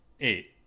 Eight